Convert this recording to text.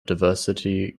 diversity